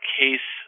case